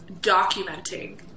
documenting